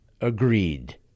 agreed